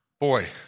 Boy